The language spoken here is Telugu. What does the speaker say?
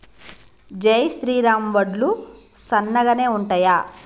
జై శ్రీరామ్ వడ్లు సన్నగనె ఉంటయా?